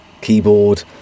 keyboard